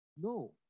No